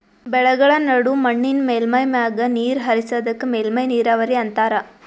ಬೆಳೆಗಳ್ಮ ನಡು ಮಣ್ಣಿನ್ ಮೇಲ್ಮೈ ಮ್ಯಾಗ ನೀರ್ ಹರಿಸದಕ್ಕ ಮೇಲ್ಮೈ ನೀರಾವರಿ ಅಂತಾರಾ